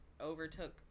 overtook